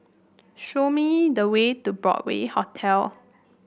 show me the way to Broadway Hotel